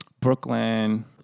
Brooklyn